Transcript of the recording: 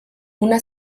una